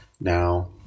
Now